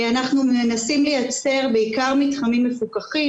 אנחנו מנסים לייצר בעיקר מתחמים מפוקחים,